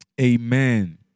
Amen